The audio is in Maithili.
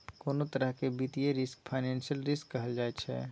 कोनों तरह केर वित्तीय रिस्क फाइनेंशियल रिस्क कहल जाइ छै